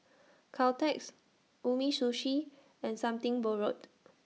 Caltex Umisushi and Something Borrowed